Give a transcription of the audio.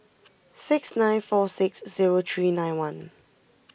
six nine four six zero three nine one